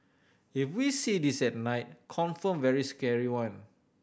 if we see this at night confirm very scary one